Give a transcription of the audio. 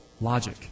logic